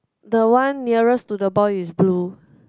the one nearest to the boy is blue